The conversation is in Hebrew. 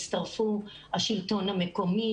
הצטרפו השלטון המקומי,